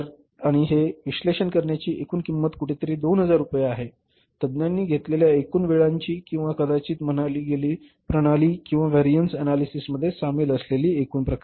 आणि हे विश्लेषण करण्याची एकूण किंमत कुठेतरी 2000 रुपये आहे तज्ञांनी घेतलेल्या एकूण वेळांची किंवा कदाचित म्हणाली गेलेली प्रणाली किंवा व्हॅरियन्स अनलिसिसमध्ये सामील असलेली एकूण प्रक्रिया